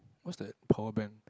what's that power bank